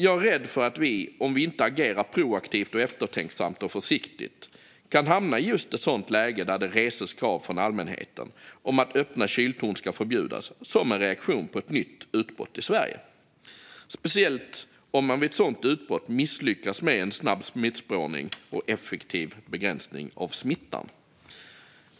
Jag är rädd för att vi - om vi inte agerar proaktivt, eftertänksamt och försiktigt - kan hamna i just ett sådant läge där det reses krav från allmänheten om att öppna kyltorn ska förbjudas som en reaktion på ett nytt utbrott i Sverige, speciellt om man vid ett sådant utbrott misslyckas med en snabb smittspårning och effektiv begräsning av smittan.